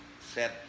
set